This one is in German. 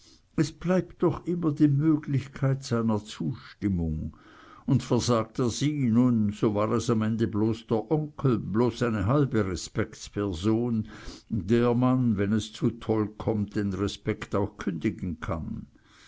es bleibt doch immer die möglichkeit seiner zustimmung und versagt er sie nun so war es am ende bloß der onkel bloß eine halbe respektsperson der man wenn es zu toll kommt den respekt auch kündigen kann